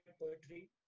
poetry